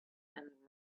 and